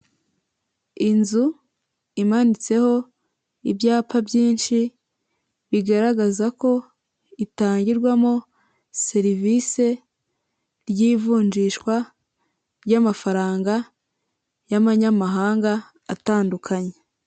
Inzu imanitseho ibyapa byinshi bigaragaza ko itangirwamo serivisi ry'ivunjishwa ry'amafaranga y'amanyamahanga atandukanye.